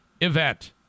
event